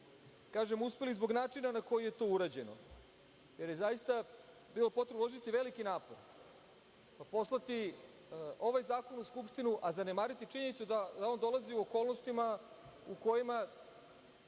Kažem uspeli zbog načina na koji je to urađeno, jer je zaista bilo potrebno uložiti veliki napor, pa poslati ovaj zakon u Skupštinu, a zanemariti činjenicu da on dolazi u okolnostima u kojima